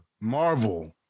Marvel